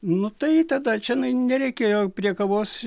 nu tai tada čionai nereikėjo prie kavos